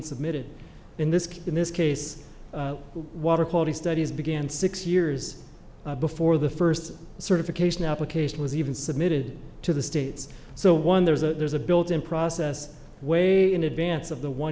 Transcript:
submitted in this case in this case water quality studies began six years before the first certification application was even submitted to the states so one there's a there's a built in process way in advance of the one